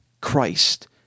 Christ